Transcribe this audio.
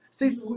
See